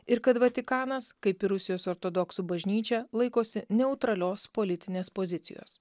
ir kad vatikanas kaip ir rusijos ortodoksų bažnyčia laikosi neutralios politinės pozicijos